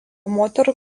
moterų